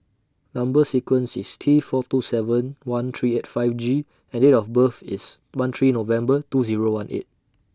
Number sequence IS T four two seven one three eight five G and Date of birth IS one three November two Zero one eight